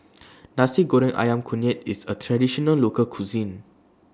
Nasi Goreng Ayam Kunyit IS A Traditional Local Cuisine